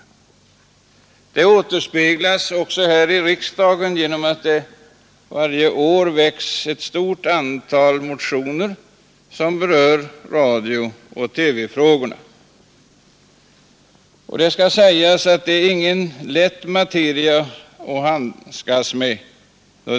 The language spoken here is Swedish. Dessa förhållan den återspeglas också här i riksdagen genom att det varje år väcks ett stort antal motioner som berör radiooch TV-frågorna. Och jag vill itta att handskas med.